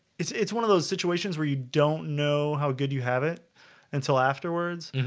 it's it's one of those situations where you don't know how good you have it until afterwards